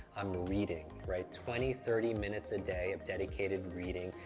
i'm reading, twenty, thirty minutes a day of dedicated reading,